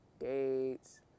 dates